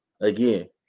again